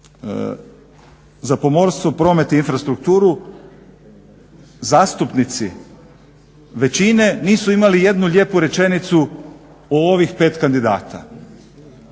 za pomorstvo, promet i infrastrukturu zastupnici većine nisu imali jednu lijepu rečenicu o ovih 5 kandidata.